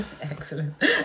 Excellent